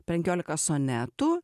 penkiolika sonetų